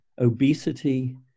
obesity